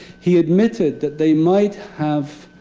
he admitted that they might have